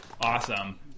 Awesome